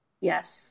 Yes